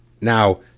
Now